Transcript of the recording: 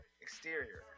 Exterior